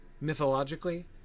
mythologically